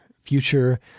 future